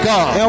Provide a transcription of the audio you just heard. God